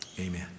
Amen